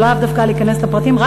ולאו דווקא להיכנס לפרטים.